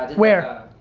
where?